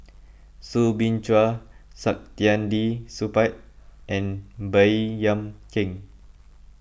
Soo Bin Chua Saktiandi Supaat and Baey Yam Keng